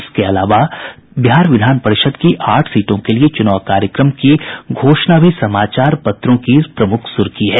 इसके अलावा विधान परिषद की आठ सीटों के लिये चुनाव कार्यक्रमों की घोषणा भी सभी समाचार पत्रों की प्रमुख सुर्खी है